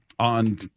on